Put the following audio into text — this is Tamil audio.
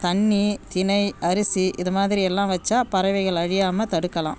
தண்ணி திணை அரிசி இதை மாதிரி எல்லாம் வச்சால் பறவைகள் அழியாமல் தடுக்கலாம்